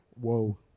Whoa